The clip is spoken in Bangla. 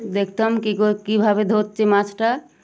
দেখতাম কি কিভাবে ধরছে মাছ টা